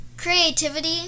Creativity